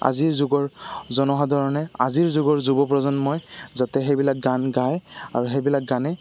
আজিৰ যুগৰ জনসাধাৰণে আজিৰ যুগৰ যুৱ প্ৰজন্মই যাতে সেইবিলাক গান গায় আৰু সেইবিলাক গানেই